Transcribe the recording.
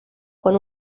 con